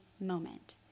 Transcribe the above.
moment